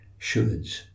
shoulds